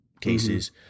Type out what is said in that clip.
cases